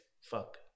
fuck